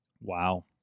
wow